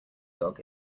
dog